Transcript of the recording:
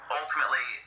ultimately